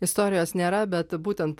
istorijos nėra bet būtent